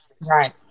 right